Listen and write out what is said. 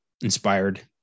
inspired